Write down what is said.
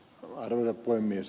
arvoisa puhemies